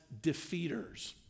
defeaters